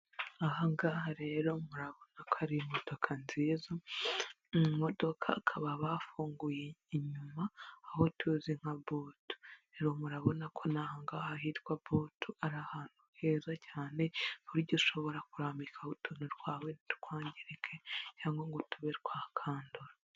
Aha ngaha rero murabona ko hari imodoka nziza, mu modoka bakaba bafunguye inyuma, aho tuzi nka butu. Rero murabona ko nanga ahitwa butu, ari ahantu heza cyane, kuburyo ushobora kurambika utuni twawe ntitwangirike cyangwa ngo tube twa kandora.